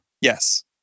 Yes